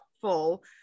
full